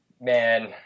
Man